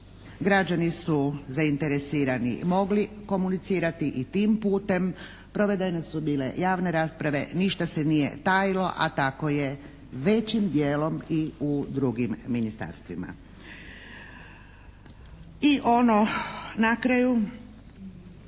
građani su zainteresirani mogli komunicirati i tim putem, provedene su bile javne rasprave, ništa se nije tajilo, a tako je većim dijelom i u drugim ministarstvima. I ono na kraju,